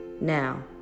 Now